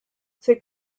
ses